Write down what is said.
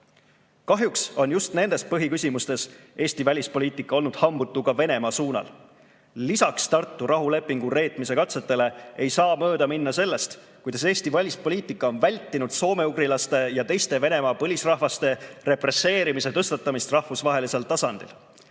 arvamus. Kahjuks on just nendes põhiküsimustes Eesti välispoliitika olnud hambutu ka Venemaa suunal. Lisaks Tartu rahulepingu reetmise katsetele ei saa mööda minna sellest, kuidas Eesti välispoliitika on vältinud soomeugrilaste ja teiste Venemaa põlisrahvaste represseerimise tõstatamist rahvusvahelisel tasandil.